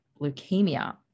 leukemia